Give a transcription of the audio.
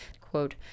quote